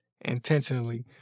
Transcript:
intentionally